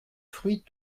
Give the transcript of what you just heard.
fruits